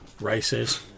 races